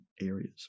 areas